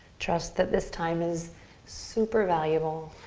trust that this time is super valuable.